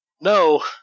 No